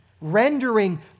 rendering